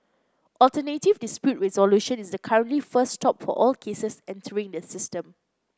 alternative dispute resolution is the currently first stop for all cases entering the system